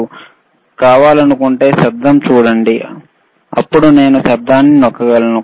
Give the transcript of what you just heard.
noise కావాలనుకుంటే అప్పుడు నేను నాయిస్ ని నొక్కగలను